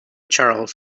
charles